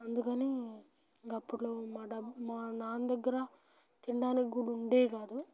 అందుకని అప్పుడు మా మా నాన్న దగ్గర తినడానికి కూడా ఉండేది కాదు